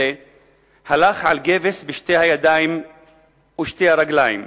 הלך על גבס בשתי הידיים ושתי הרגליים.